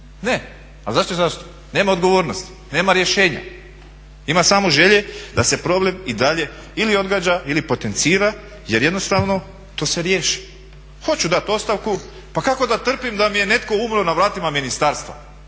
Ne, a znate zašto? Nema odgovornosti, nema rješenja. Ima samo želje da se problem i dalje ili odgađa ili potencira jer jednostavno to se riješi. Hoću dati ostavku, pa kako da trpim da mi je netko umro na vratima ministarstva?